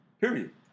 Period